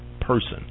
person